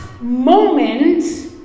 moment